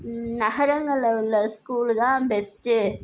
நகரங்களில் உள்ள ஸ்கூலு தான் பெஸ்ட்டு